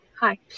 hi